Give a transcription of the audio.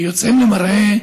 יוצאים למרעה.